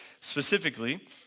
specifically